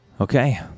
Okay